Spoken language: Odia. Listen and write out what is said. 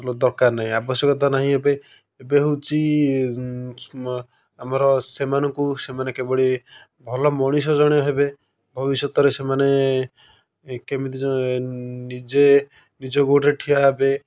ଦରକାର ନାହିଁ ଆବଶ୍ୟକତା ନାହିଁ ଏବେ ଏବେ ହେଉଛି ଆମର ସେମାନଙ୍କୁ ସେମାନେ କିଭଳି ଭଲ ମଣିଷ ଜଣେ ହେବେ ଭବିଷ୍ୟତରେ ସେମାନେ କେମିତି ଜ ନିଜେ ନିଜ ଗୋଡ଼ରେ ଠିଆ ହେବେ